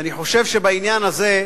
אני חושב שבעניין הזה,